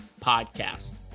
podcast